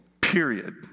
period